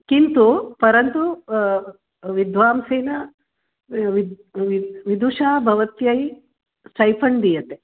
किन्तु परन्तु विद्वांसः वि वि विदुषा भवत्यै स्टैफण्ड् दीयते